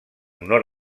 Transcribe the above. honor